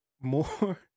more